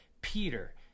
Peter